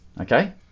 okay